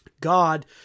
God